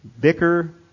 Bicker